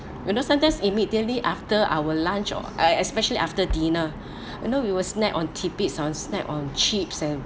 you know sometimes immediately after our lunch or I especially after dinner you know we will snack on tidbits or snack on chips and